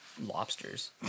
lobsters